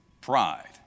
Pride